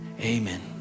Amen